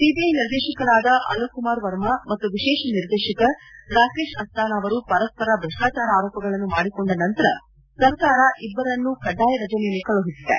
CBI ನಿರ್ದೇಶಕರಾದ ಅಲೋಕ್ ಕುಮಾರ್ ವರ್ಮ ಮತ್ತು ವಿಶೇಷ ನಿರ್ದೇಶಕ ರಾಕೇಶ್ ಅಸ್ತಾನ ಅವರು ಪರಸ್ವರ ಭ್ರಷ್ಟಾಚಾರ ಆರೋಪಗಳನ್ನು ಮಾಡಿಕೊಂಡ ನಂತರ ಸರ್ಕಾರ ಇಬ್ಬರನ್ನು ಕಡ್ಡಾಯ ರಜೆ ಮೇಲೆ ಕಳುಹಿಸಿದೆ